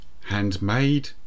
Handmade